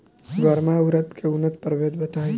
गर्मा उरद के उन्नत प्रभेद बताई?